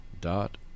Dot